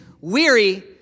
weary